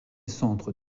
centre